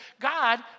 God